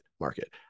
market